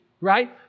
right